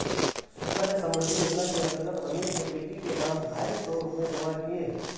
सुकन्या समृद्धि योजना के अंतर्गत रमेश ने बेटी के नाम ढाई सौ रूपए जमा किए